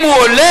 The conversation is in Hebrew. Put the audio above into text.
אם הוא עולה,